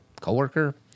coworker